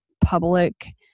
public